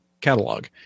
catalog